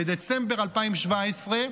בדצמבר 2017,